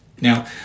Now